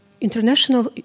International